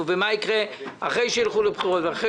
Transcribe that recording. ומה יקרה אחרי שילכו לבחירות ואחרי